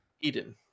Eden